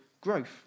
growth